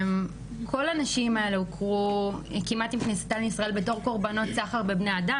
כל הנשים האלה הוכרו כמעט עם כניסתן לישראל בתור קורבנות סחר בבני אדם,